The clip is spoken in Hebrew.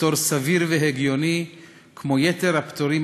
פטור סביר והגיוני כמו יתר הפטורים